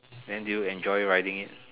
then do you enjoy riding it